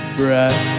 breath